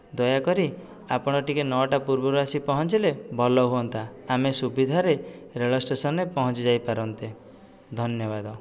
ଦୟା କରି ଆପଣ ଟିକେ ନଅଟା ପୂର୍ବରୁ ଆସି ପହଞ୍ଚିଲେ ଭଲ ହୁଅନ୍ତା ଆମେ ସୁବିଧା ରେ ରେଳ ଷ୍ଟେସନରେ ପହଞ୍ଚିଯାଇ ପାରନ୍ତେ ଧନ୍ୟବାଦ